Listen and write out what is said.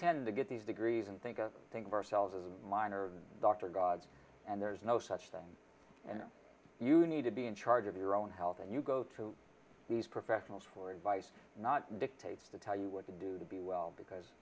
tend to get these degrees and think of think of ourselves as a minor doctor gods and there's no such thing and you need to be in charge of your own health and you go to these professionals for advice not dictates to tell you what to do to be well because